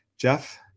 Jeff